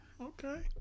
okay